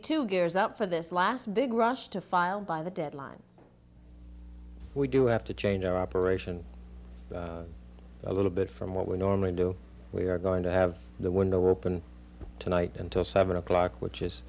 too gears up for this last big rush to file by the deadline we do have to change our operation a little bit from what we normally do we are going to have the window open tonight until seven o'clock which is